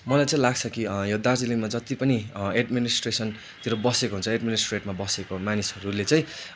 मलाई चाहिँ लाग्छ कि यो दार्जिलिङमा जति पनि एडमिनिस्ट्रेसनतिर बसेको हुन्छ एडमिनिस्ट्रेटमा बसेको मानिसहरूले चाहिँ